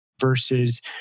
versus